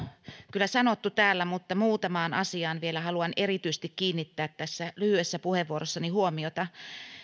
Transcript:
kyllä sanottu täällä mutta muutamaan asiaan vielä haluan erityisesti kiinnittää tässä lyhyessä puheenvuorossani huomiota